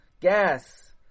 gas